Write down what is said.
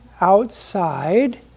outside